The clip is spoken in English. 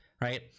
right